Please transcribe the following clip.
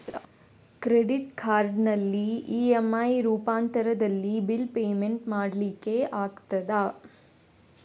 Credit ಕಾರ್ಡಿನಲ್ಲಿ EMI ರೂಪಾಂತರದಲ್ಲಿ bill payment ಮಾಡ್ಲಿಕ್ಕೆ ಆಗ್ತದ?